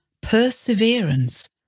perseverance